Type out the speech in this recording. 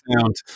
sound